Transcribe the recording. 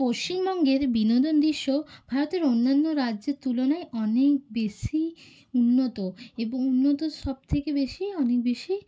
পশ্চিমবঙ্গের বিনোদন দৃশ্য ভারতের অন্যান্য রাজ্যের তুলনায় অনেক বেশি উন্নত এবং উন্নত সবথেকে বেশি অনেক বেশি